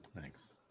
thanks